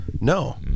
No